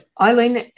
Eileen